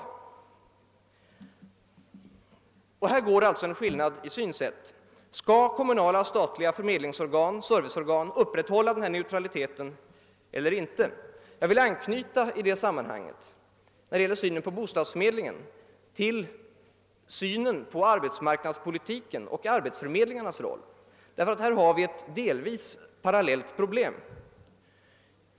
Här går alltså en skiljelinje i fråga om synsätten. Skall kommunala och statliga förmedlingsoch serviceorgan upprätthålla denna neutralitet eller inte? Jag vill i detta sammanhang anknyta till frågan om arbetsmarknadspolitikens och arbetsförmedlingarnas roll. Det möter där ett delvis parallellt problem.